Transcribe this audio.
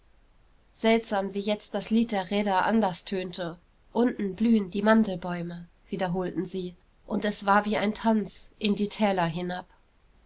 seltsam wie jetzt das lied der räder anders tönte unten blühen die mandelbäume wiederholten sie und es war wie ein tanz in die täler hinab